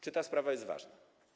Czy ta sprawa jest ważna?